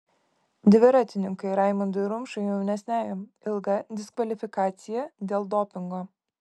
dviratininkui raimondui rumšui jaunesniajam ilga diskvalifikacija dėl dopingo